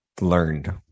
learned